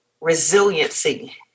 resiliency